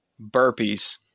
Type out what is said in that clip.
Burpees